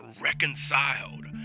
reconciled